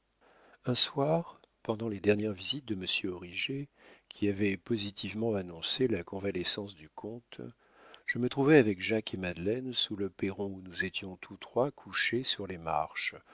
un soir pendant les dernières visites de monsieur origet qui avait positivement annoncé la convalescence du comte je me trouvais avec jacques et madeleine sous le perron où nous étions tous trois couchés sur les marches